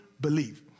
believe